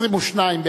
סעיפים 1 2 נתקבלו.